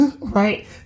right